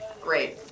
Great